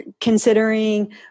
considering